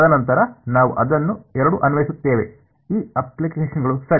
ತದನಂತರ ನಾವು ಅದನ್ನು ಎರಡು ಅನ್ವಯಿಸುತ್ತೇವೆ ಈ ಅಪ್ಲಿಕೇಶನ್ಗಳು ಸರಿ